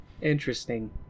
Interesting